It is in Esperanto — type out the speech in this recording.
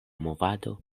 movado